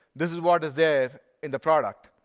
this is what is there in the product.